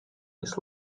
his